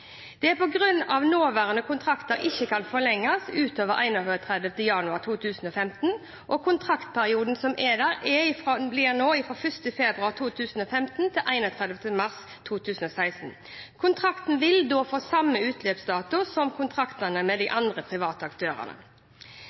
Det er på grunn av at nåværende kontrakter ikke kan forlenges utover 31. januar 2015. Kontraktsperioden blir nå fra 1. februar 2015 til 31. mars 2016. Kontrakten vil da få samme utløpsdato som kontraktene med de andre private aktørene.